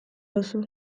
duzu